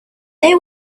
they